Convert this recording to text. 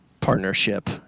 partnership